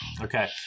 Okay